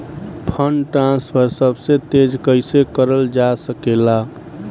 Fund transfer सबसे तेज कइसे करल जा सकेला?